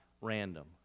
random